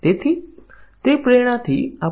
તો આપણે તે કેવી રીતે બતાવીએ